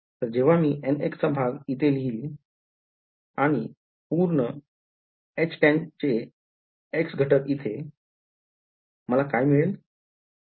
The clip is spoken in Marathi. तर जेव्हा मी nx चा भाग इथे लिहील आणि पूर्ण Htan चे x घटक इथे मला काय मिळेल